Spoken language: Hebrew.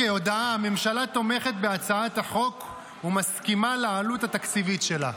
הודעה: הממשלה תומכת בהצעת החוק ומסכימה לעלות התקציבית שלה.